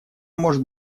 может